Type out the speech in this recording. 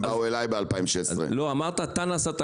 הם באו אליי בשנת 2016. אמרת שאתה נסעת